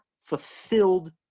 fulfilled